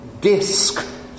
disc